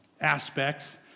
aspects